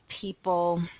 people